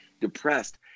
depressed